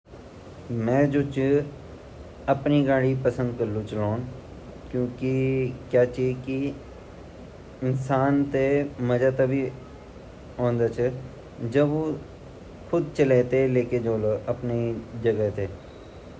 जु परिवहन दृष्टि बाटिन मैं मतलब पसंद ता इन ची की अप्रु चलांडो ता शौक ची उता शौक ची पर जु हमारा सेफ्टी दृष्टि से देखो ता लोकल परिवहन बस ची वेमा जांड मि ज़्यादा पसंद करदु वेमा सेफ्टी ची अर जख चाहे वख हम रुक सकदा पर जु हम अप्रु छलोंदा ऊ सिर्फ शौकते छलोंड ते ठिक ची।